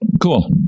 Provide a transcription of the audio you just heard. Cool